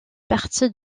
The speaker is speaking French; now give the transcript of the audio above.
partie